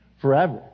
forever